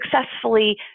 successfully